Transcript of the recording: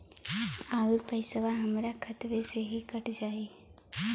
अउर पइसवा हमरा खतवे से ही कट जाई?